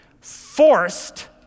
forced